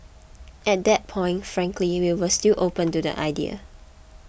at that point frankly we were still open to the idea